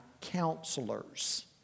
counselors